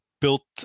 built